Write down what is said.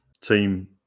team